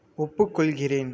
ஒப்புக்கொள்கிறேன்